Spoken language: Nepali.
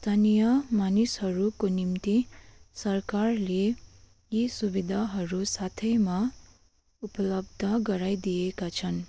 स्थानीय मानिसहरूको निम्ति सरकारले यी सुविधाहरू साथैमा उपलब्ध गराइदिएका छन्